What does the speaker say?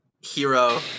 Hero